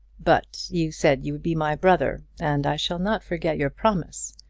but you said you would be my brother, and i shall not forget your promise.